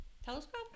Telescope